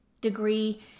degree